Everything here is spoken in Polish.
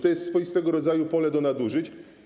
To jest swoistego rodzaju pole do nadużyć.